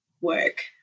work